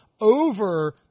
over